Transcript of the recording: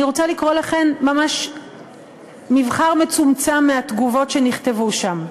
אני רוצה לקרוא לכן ממש מבחר מצומצם מהתגובות שנכתבו שם: